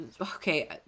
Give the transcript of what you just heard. Okay